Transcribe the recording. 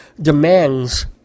demands